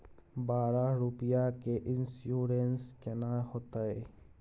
बारह रुपिया के इन्सुरेंस केना होतै?